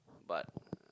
but